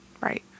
Right